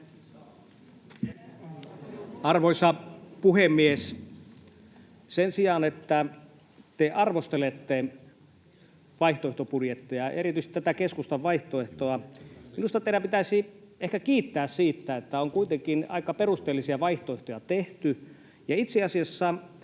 Arvoisa puhemies! Sen sijaan, että te arvostelette vaihtoehtobudjetteja ja erityisesti tätä keskustan vaihtoehtoa, minusta teidän pitäisi ehkä kiittää siitä, että on kuitenkin aika perusteellisia vaihtoehtoja tehty. Itse asiassa